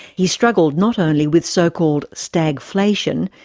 he struggled not only with so-called stagflation,